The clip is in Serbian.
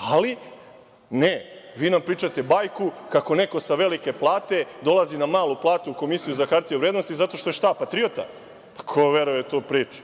dati. Ali, ne, vi nam pričate bajku kako neko sa velike plate dolazi na malu platu u Komisiju za hartije od vrednosti zato što je šta –patriota? Pa, ko veruje u tu priču?